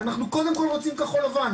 אנחנו קודם כל רוצים כחול לבן,